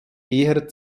eher